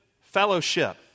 fellowship